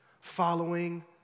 following